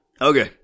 Okay